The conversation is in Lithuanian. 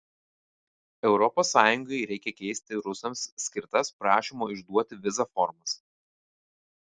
europos sąjungai reikia keisti rusams skirtas prašymo išduoti vizą formas